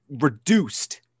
Reduced